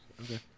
Okay